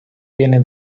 viene